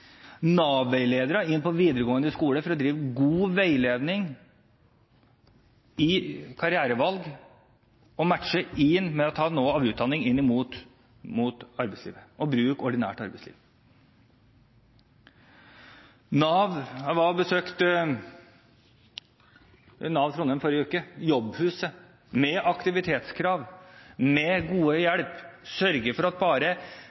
inn i videregående skole for å drive god veiledning i karrierevalg og å kunne matche det med å ta noe av utdanningen i arbeidslivet og bruke ordinært arbeidsliv Jeg besøkte Nav Trondheim i forrige uke. Jobbhuset, med aktivitetskrav, med god hjelp, har sørget for at